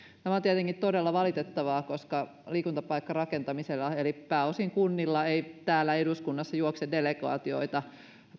tämä on tietenkin todella valitettavaa koska liikuntapaikkarakentamisella eli pääosin kunnilla ei täällä eduskunnassa juokse delegaatioita